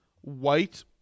white